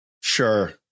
Sure